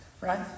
right